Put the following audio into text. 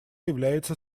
является